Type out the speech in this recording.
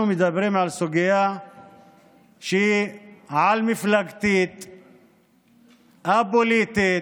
מדברים על סוגיה שהיא על-מפלגתית, א-פוליטית.